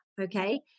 okay